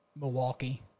Milwaukee